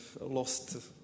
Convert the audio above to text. lost